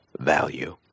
value